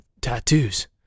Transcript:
tattoos